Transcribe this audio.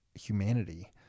humanity